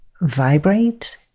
vibrate